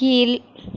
கீழ்